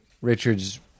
Richard's